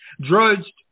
drudged